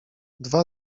dwa